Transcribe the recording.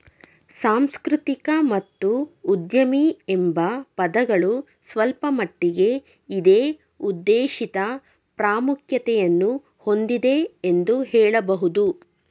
ಸಾಂಸ್ಕೃತಿಕ ಮತ್ತು ಉದ್ಯಮಿ ಎಂಬ ಪದಗಳು ಸ್ವಲ್ಪಮಟ್ಟಿಗೆ ಇದೇ ಉದ್ದೇಶಿತ ಪ್ರಾಮುಖ್ಯತೆಯನ್ನು ಹೊಂದಿದೆ ಎಂದು ಹೇಳಬಹುದು